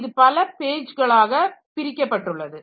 இது பல பேஜ்களாக பிரிக்கப்பட்டுள்ளது